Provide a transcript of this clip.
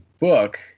book